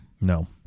No